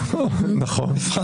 נראה לי